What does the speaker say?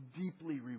deeply